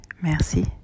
Merci